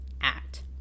act